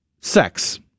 sex